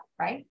right